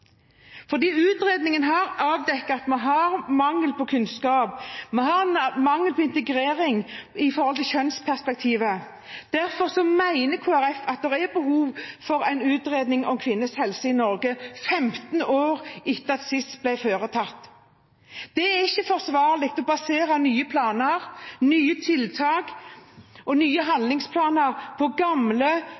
mangel på integrering med tanke på kjønnsperspektivet. Derfor mener Kristelig Folkeparti at det er et behov for en utredning om kvinners helse i Norge, 15 år etter at den sist ble foretatt. Det er ikke forsvarlig å basere nye planer, nye tiltak og nye handlingsplaner på gamle